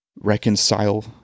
reconcile